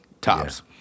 Tops